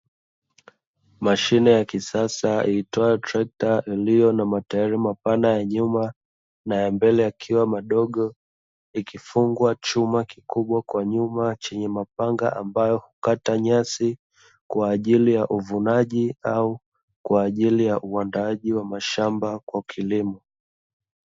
Mashine ya kisasa iitwayo trekta, iliyo na matairi mapana ya nyuma na ya mbele yakiwa madogo, ikifungwa chuma kikubwa kwa nyuma chenye mapanga ambayo hukata nyasi kwa ajili ya uvunaji au kwa ajili ya uandaaji wa mashamba kwa kilimo.